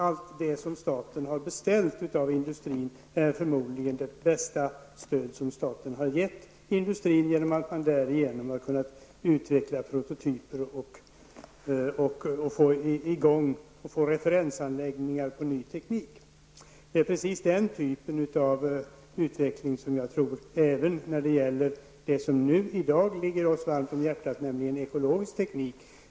Allt det som staten har beställt av industrin är förmodligen det bästa stöd som staten har givit industrin, genom att man därigenom har kunnat utveckla prototyper och få referensanläggningar för ny teknik. Det är precis den typen av utveckling som jag tror på även när det gäller det som i dag ligger oss varmt om hjärtat, nämligen ekologisk teknik.